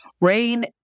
Rain